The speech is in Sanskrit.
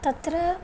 तत्र